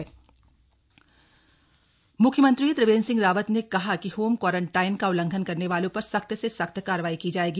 CM VC म्ख्यमंत्री त्रिवेन्द्र सिंह रावत ने कहा कि होम क्वारंटाइन का उल्लंघन करने वालों पर सख्त से सख्त कार्रवाई की जाएगी